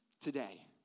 today